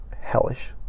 hellish